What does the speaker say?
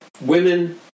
women